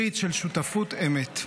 ברית של שותפות אמת.